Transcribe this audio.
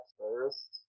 first